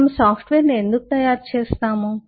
మనము సాఫ్ట్వేర్ను ఎందుకు తయారుచేస్తాము